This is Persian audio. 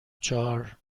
چهار